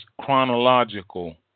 chronological